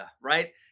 right